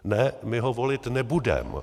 Ne, my ho volit nebudeme.